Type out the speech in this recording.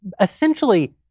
essentially